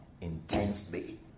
intensely